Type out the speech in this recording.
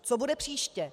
Co bude příště?